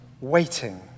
waiting